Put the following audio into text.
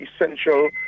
essential